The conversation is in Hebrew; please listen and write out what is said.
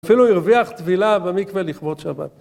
אפילו הרוויח טבילה במקווה לכבוד שבת.